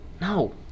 No